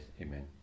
Amen